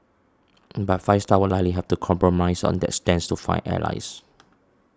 but Five Star would likely have to compromise on that stand to find allies